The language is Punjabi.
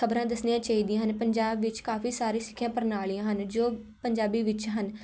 ਖਬਰਾਂ ਦੱਸਣੀਆਂ ਚਾਹੀਦੀਆਂ ਹਨ ਪੰਜਾਬ ਵਿੱਚ ਕਾਫੀ ਸਾਰੇ ਸਿੱਖਿਆ ਪ੍ਰਣਾਲੀਆਂ ਹਨ ਜੋ ਪੰਜਾਬੀ ਵਿੱਚ ਹਨ